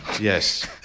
Yes